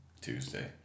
Tuesday